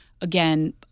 Again